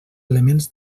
elements